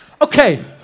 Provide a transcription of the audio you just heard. Okay